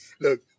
Look